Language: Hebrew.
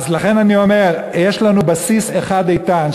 אז לכן אני אומר: יש לנו בסיס אחד איתן.